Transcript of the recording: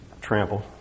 trampled